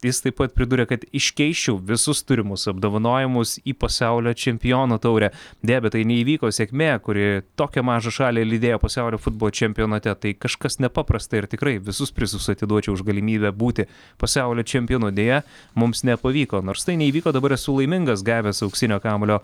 jis taip pat priduria kad iškeisčiau visus turimus apdovanojimus į pasaulio čempiono taurę deja bet tai neįvyko sėkmė kuri tokią mažą šalį lydėjo pasaulio futbolo čempionate tai kažkas nepaprasta ir tikrai visus prizus atiduočiau už galimybę būti pasaulio čempionu deja mums nepavyko nors tai neįvyko dabar esu laimingas gavęs auksinio kamuolio